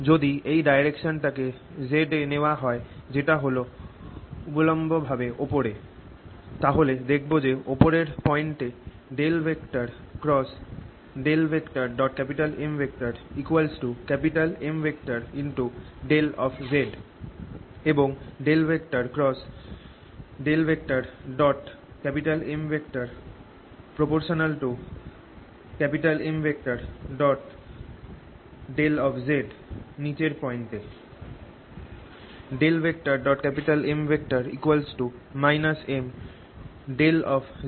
যদি এই ডাইরেকশন টাকে z নেওয়া হয় যেটা হল উল্লম্বভাবে ওপরে তাহলে দেখব যে ওপরের পয়েন্টে M Mδ এবং M α Mδ নিচের পয়েন্টে